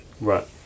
Right